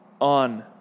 on